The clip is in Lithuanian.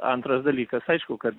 antras dalykas aišku kad